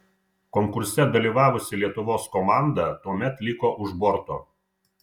konkurse dalyvavusi lietuvos komanda tuomet liko už borto